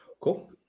cool